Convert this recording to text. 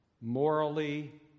morally